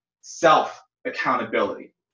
self-accountability